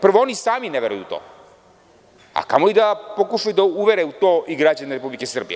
Prvo oni sami ne veruju u to, a kamo li da pokušaju da uvere u to i građane Republike Srbije.